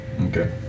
Okay